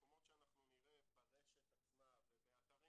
במקומות שאנחנו נראה ברשת עצמה ובאתרים